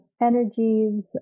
energies